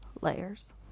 Layers